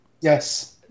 Yes